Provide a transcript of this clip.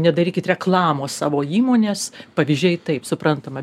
nedarykit reklamos savo įmonės pavyzdžiai taip suprantama